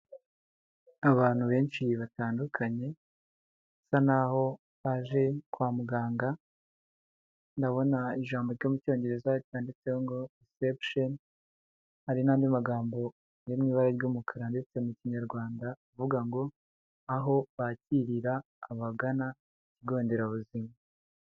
Abantu benshi batandukanye basa naho baje kwa muganga, ndabona ijambo ryo mu Cyongereza ryanditseho ngo risepusheni, hari n'andi magambo yo mu ibara ry'umukara ndetse mu Kinyarwanda avuga ngo "aho bakirira abagana ikigo nderabuzima."